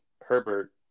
Herbert